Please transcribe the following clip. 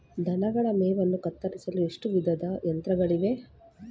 ದನಗಳ ಮೇವನ್ನು ಕತ್ತರಿಸಲು ಎಷ್ಟು ವಿಧದ ಯಂತ್ರಗಳಿವೆ?